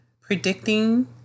predicting